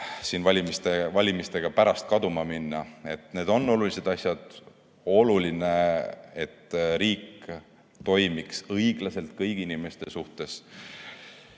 valimiste käigus pärast kaduma minna. Need on olulised asjad. On oluline, et riik toimiks õiglaselt kõigi inimeste suhtes.